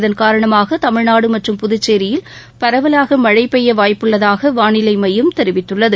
இதன் காரணமாக தமிழ்நாடு மற்றும் புதுச்சேரியில் பரவலாக மழை பெய்ய வாய்ப்புள்ளதாக வானிலை மையம் தெரிவித்துள்ளது